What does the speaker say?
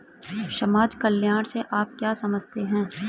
समाज कल्याण से आप क्या समझते हैं?